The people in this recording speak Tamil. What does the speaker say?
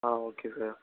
ah okay sir